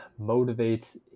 motivates